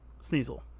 Sneasel